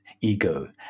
ego